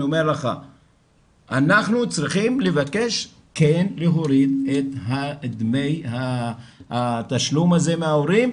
אנחנו צריכים להוריד את התשלום הזה מההורים,